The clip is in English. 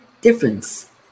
difference